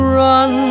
run